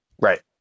Right